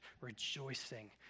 rejoicing